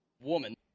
woman